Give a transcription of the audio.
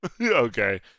Okay